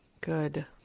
good